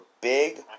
big